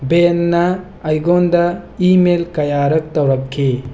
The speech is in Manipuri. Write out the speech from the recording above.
ꯕꯦꯟꯅ ꯑꯩꯉꯣꯟꯗ ꯏꯃꯦꯜ ꯀꯌꯥꯔꯛ ꯇꯧꯔꯛꯈꯤ